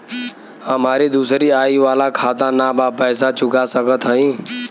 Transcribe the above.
हमारी दूसरी आई वाला खाता ना बा पैसा चुका सकत हई?